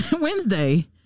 Wednesday